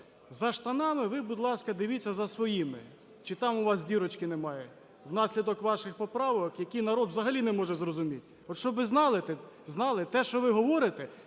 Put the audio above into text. За штанами ви, будь ласка, дивіться за своїми, чи там у вас дірочки немає внаслідок ваших поправок, які народ взагалі не може зрозуміти. От щоб ви знали, знали, те, що ви говорите,